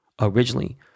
Originally